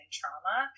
trauma